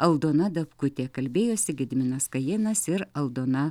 aldona dapkutė kalbėjosi gediminas kajėnas ir aldona